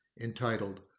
entitled